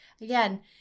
again